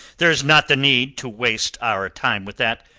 there's not the need to waste our time with that.